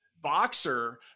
boxer